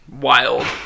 wild